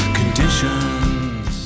conditions